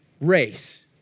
Race